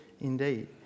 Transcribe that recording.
indeed